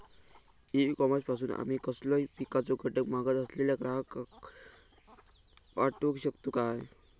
E commerce पासून आमी कसलोय पिकाचो घटक मागत असलेल्या ग्राहकाक पाठउक शकतू काय?